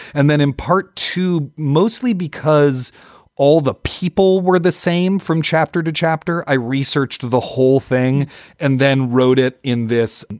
and then in part two, mostly because all the people were the same from chapter to chapter. i researched the whole thing and then wrote it in this,